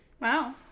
Wow